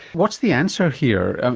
what's the answer here? and